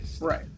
Right